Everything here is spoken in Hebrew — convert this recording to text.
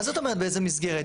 מה זאת אומרת באיזה מסגרת?